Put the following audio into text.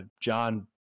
John